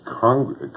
Congress